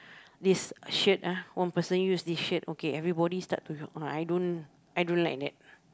this shirt ah one person used this shirt okay everybody start to I don't I don't like that